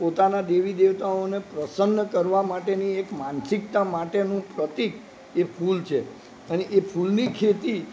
પોતાના દેવી દેવતાઓને પ્રસન્ન કરવા માટે માટેની એક માનસિકતા માટેનું પ્રતિક એ ફૂલ છે અને એ ફૂલની ખેતી